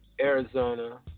Arizona